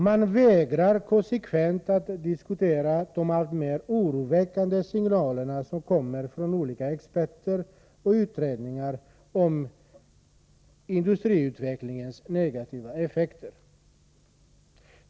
Man vägrar konsekvent att diskutera de alltmer oroväckande signaler som kommer från olika experter och utredningar om industriutvecklingens negativa effekter.